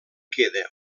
queda